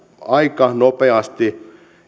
aika nopeasti